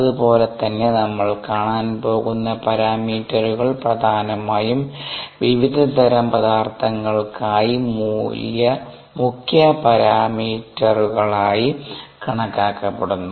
അതുപോലെ തന്നെ നമ്മൾ കാണാൻ പോകുന്ന പാരാമീറ്ററുകൾ പ്രധാനമായും വിവിധതരം പദാർത്ഥങ്ങൾക്കായി മുഖ്യ പാരാമീറ്ററുകളായി കണക്കാക്കപ്പെടുന്നു